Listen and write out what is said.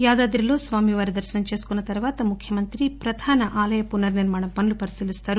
యాదాద్రిలో స్వామివారి దర్పనం చేసుకన్న తరువాత ముఖ్యమంత్రి ప్రధాన ఆలయ పునర్సిర్మాణ పనులు పరిశీలిస్తారు